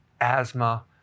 asthma